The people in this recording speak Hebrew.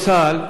צה"ל,